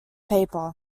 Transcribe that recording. paper